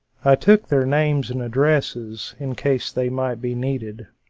i took their names and addresses, in case they might be needed.